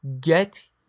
get